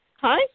Hi